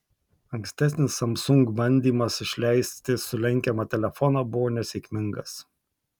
ankstesnis samsung bandymas išleisti sulenkiamą telefoną buvo nesėkmingas